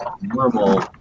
normal